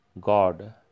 God